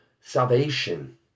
salvation